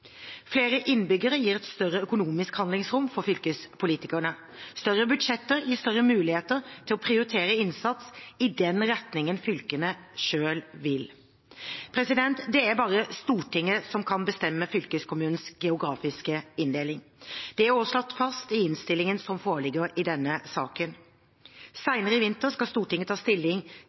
Flere innbyggere gir et større økonomisk handlingsrom for fylkespolitikerne. Større budsjetter gir større muligheter til å prioritere innsats i den retningen fylkene selv vil. Det er bare Stortinget som kan bestemme fylkeskommunenes geografiske inndeling. Det er også slått fast i innstillingen som foreligger i denne saken. Senere i vinter skal Stortinget ta stilling